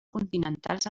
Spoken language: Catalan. continentals